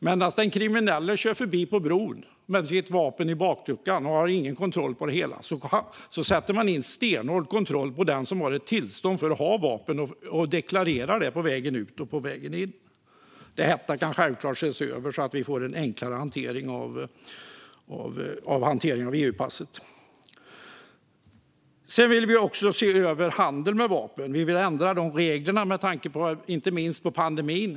Medan den kriminelle kör förbi på bron med sitt vapen i bakluckan utan någon kontroll sätter man in stenhård kontroll på den som har ett tillstånd att ha vapen och deklarerar det på vägen ut och vägen in. Detta kan självklart ses över så att vi får en enklare hantering av EU-passen. Sedan vill vi också se över handeln med vapen och ändra reglerna, inte minst med tanke på pandemin.